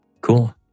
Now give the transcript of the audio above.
Cool